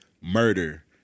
murder